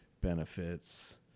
benefits